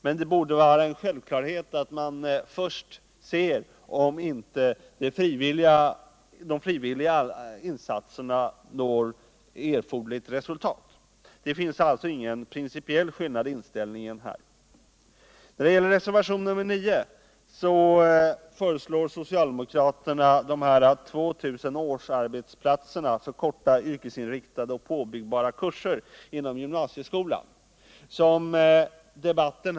men det borde vara en självklarhet att man först ser om inte de frivilliga insatserna ger erforderligt resultat. Det finns alltså ingen principiell skillnad i inställningen i detta avseende.